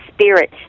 spirit